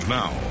now